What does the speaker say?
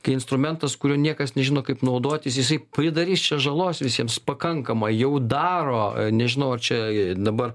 kai instrumentas kurio niekas nežino kaip naudotis jisai pridarys čia žalos visiems pakankamai jau daro nežinau ar čia dabar